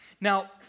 Now